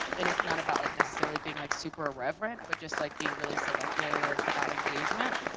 and it's not about like necessarily being like super reverent, but just like being really selective about engagement.